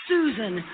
Susan